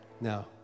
now